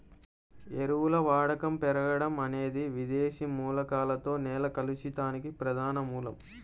ఎరువుల వాడకం పెరగడం అనేది విదేశీ మూలకాలతో నేల కలుషితానికి ప్రధాన మూలం